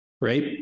right